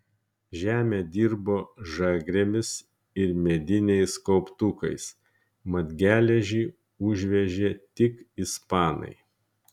žemę dirbo žagrėmis ir mediniais kauptukais mat geležį užvežė tik ispanai